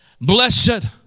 Blessed